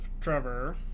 Trevor